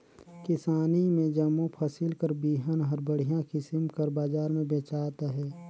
किसानी में जम्मो फसिल कर बीहन हर बड़िहा किसिम कर बजार में बेंचात अहे